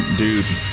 dude